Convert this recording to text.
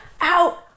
out